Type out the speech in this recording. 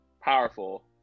powerful